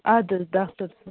اَدٕ حظ ڈاکٹر صٲب